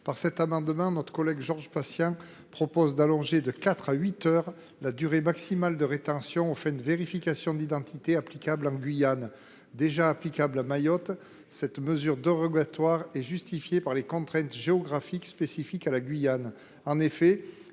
Cet amendement proposé par Georges Patient a pour objet d’étendre de quatre à huit heures la durée maximale de rétention aux fins de vérification d’identité applicable en Guyane. Déjà en vigueur à Mayotte, cette mesure dérogatoire est justifiée par les contraintes géographiques spécifiques à la Guyane.